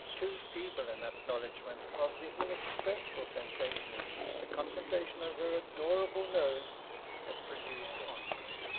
too feeble an acknowledgment of the inexpressible sensations which the contemplation of her adorable nose has produced on me.